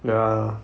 ya